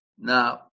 Now